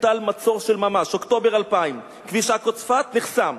הוטל מצור של ממש באוקטובר 2000: כביש עכו צפת נחסם,